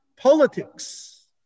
Politics